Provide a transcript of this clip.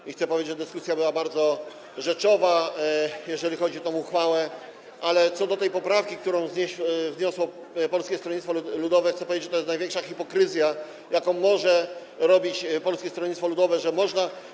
Chcę również powiedzieć, że dyskusja była bardzo rzeczowa, jeżeli chodzi o tę uchwałę, ale co do tej poprawki, którą wniosło Polskie Stronnictwo Ludowe, chcę powiedzieć, że to jest największa hipokryzja, jaką może pokazywać Polskie Stronnictwo Ludowe, że można.